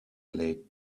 laid